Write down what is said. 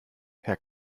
herr